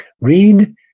Read